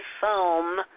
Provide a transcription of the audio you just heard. foam